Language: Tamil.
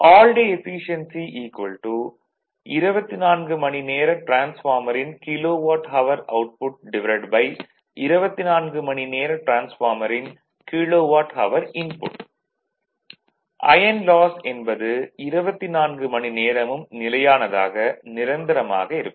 ஆல் டே எஃபீசியென்சி 24 மணி நேர டிரான்ஸ்பார்மரின் கிலோவாட் ஹவர் அவுட்புட் 24 மணி நேர டிரான்ஸ்பார்மரின் kilowatt hour input iron loss என்பது 24 மணி நேரமும் நிலையானதாக நிரந்தரமாக இருக்கும்